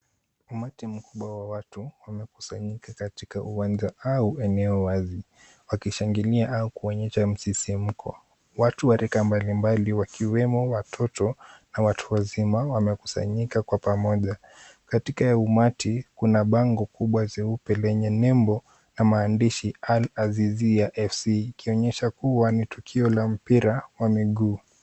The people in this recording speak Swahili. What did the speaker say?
Umati mkubwa wa watu wamekusanyika katika uwanja au eneo wazi wakishangilia au kuonyesha msisimko. Watu wa rika mbali mbali wakiwemo watoto na watu wazima wamekusanyika kwa pamoja. Katika umati kuna bango kubwa jeupe lenye nembo na maandishi Al-azizia FC ikionyesha kuwa ni tukio la mpira wa miguu.